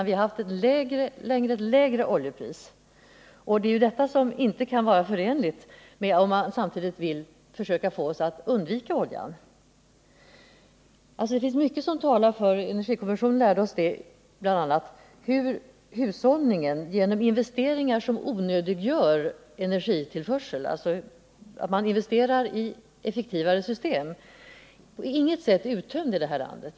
Vi har under en lång tid haft ett lägre oljepris, och detta kan inte vara riktigt, om man samtidigt vill försöka få oss att undvika oljan. Det finns mycket som talar för att hushållningen kan bli bättre och minska behovet av energitillförsel, om vi investerar i effektivare system, vilket också energikommissionen lärt oss. Möjligheterna är inte uttömda.